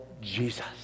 Jesus